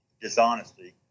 dishonesty